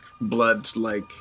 blood-like